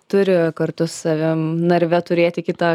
turi kartu su savim narve turėti kitą